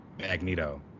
Magneto